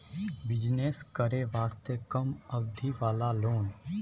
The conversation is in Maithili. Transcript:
बिजनेस करे वास्ते कम अवधि वाला लोन?